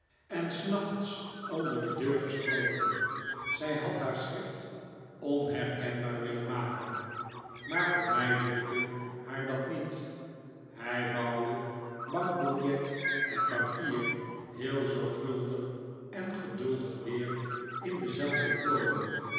en s nachts onder de deur geschoven zij had haar schrift onherkenbaar willen maken maar voor mij lukte haar dat niet hij vouwde bankbiljet en papier heel zorgvuldig en geduldig weer in dezelfde plooien